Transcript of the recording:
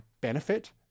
benefit